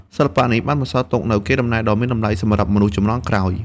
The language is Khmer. សិល្បៈនេះបានបន្សល់ទុកនូវកេរដំណែលដ៏មានតម្លៃសម្រាប់មនុស្សជំនាន់ក្រោយ។